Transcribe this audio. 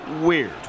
Weird